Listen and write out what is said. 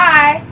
Bye